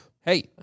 Hey